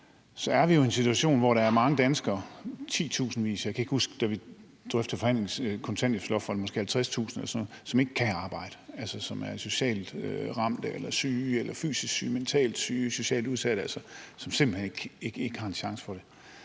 er vi jo i en situation, hvor der er mange danskere – titusindvis; jeg kan ikke huske det; da vi drøftede kontanthjælpsloftet, var det måske 50.000 – som ikke kan arbejde. Det er socialt ramte, syge, fysisk syge, mentalt syge eller socialt udsatte, som simpelt hen ikke har en chance for det.